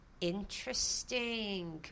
Interesting